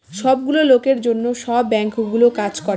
সব গুলো লোকের জন্য সব বাঙ্কগুলো কাজ করে